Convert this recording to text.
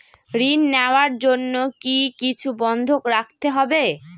ঋণ নেওয়ার জন্য কি কিছু বন্ধক রাখতে হবে?